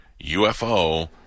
UFO